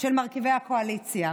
של מרכיבי הקואליציה.